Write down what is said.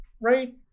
right